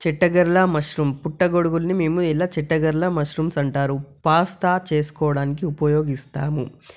చిట్టగర్ల mushroom పుట్టగొడుగులని మేము ఎలా చిట్టగర్ల మష్రూమ్స్ అంటారు పాస్తా చేసుకోవడానికి ఉపయోగిస్తాము